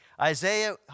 Isaiah